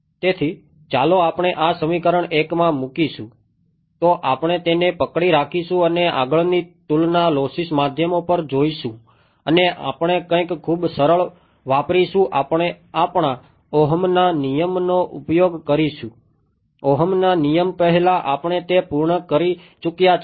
તેથી ચાલો આપણે આ સમીકરણ 1 માં મુકીશું તો આપણે તેને પકડી રાખીશું અને આગળની તુલના લોસ્સી માધ્યમો પર જોઈશું અને આપણે કંઈક ખૂબ સરળ વાપરીશું આપણે આપણા ઓહમના નિયમનો ઉપયોગ કરીશું ઓહમના નિયમ પહેલાં આપણે તે પૂર્ણ કરી ચુક્યા છીએ